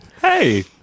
Hey